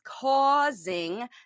causing